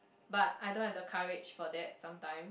but I don't have the courage for that sometime